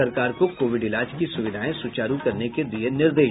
सरकार को कोविड इलाज की सुविधाएं सुचारू करने के दिये निर्देश